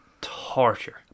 Torture